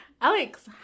Alex